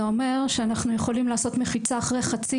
זה אומר שאנחנו יכולים לעשות מחיצה אחרי חצי